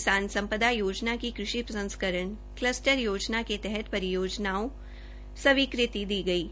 किसान संपदा योजना की कृषि प्रसंस्करण कलस्टर योजना के तहत परियोजनाओं स्वीकृति दी गई थी